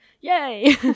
yay